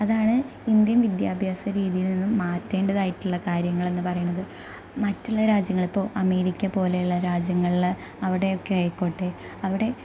അതാണ് ഇന്ത്യൻ വിദ്യാഭ്യാസ രീതിയിൽ നിന്നും മാറ്റേണ്ടതായിട്ടുള്ള കാര്യങ്ങൾ എന്ന് പറയുന്നത് മറ്റുള്ള രാജ്യങ്ങൾ ഇപ്പോൾ അമേരിക്ക പോലെയുള്ള രാജ്യങ്ങളിൽ അവിടെ ഒക്കെ ആയിക്കോട്ടെ അവിടെ